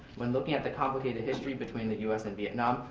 when looking at the complicated history between the us and vietnam,